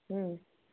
ಹ್ಞೂ